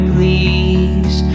Please